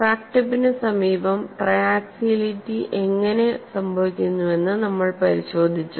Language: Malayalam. ക്രാക്ക് ടിപ്പിന് സമീപം ട്രയാക്സിയാലിറ്റി എങ്ങനെ സംഭവിക്കുന്നുവെന്ന് നമ്മൾ പരിശോധിച്ചു